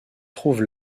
trouve